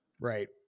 Right